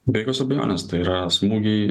be jokios abejonės tai yra smūgiai